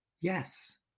Yes